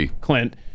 clint